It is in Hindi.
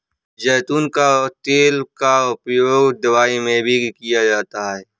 ज़ैतून का तेल का उपयोग दवाई में भी किया जाता है